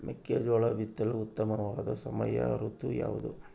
ಮೆಕ್ಕೆಜೋಳ ಬಿತ್ತಲು ಉತ್ತಮವಾದ ಸಮಯ ಋತು ಯಾವುದು?